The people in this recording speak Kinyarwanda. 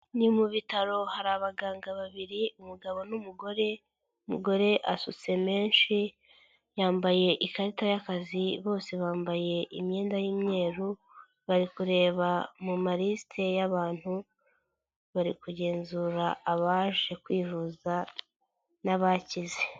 Ni mu bitaro hari abaganga babiri, umugabo n'umugore, umugore asutse menshi, yambaye ikarita y'akazi, bose bambaye imyenda y'imyeru, bari kureba mu malisite y'abantu, bari kugenzura abaje kwivuza n'abakize.